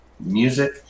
music